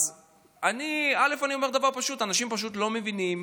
אז אני אומר דבר פשוט: אנשים פשוט לא מבינים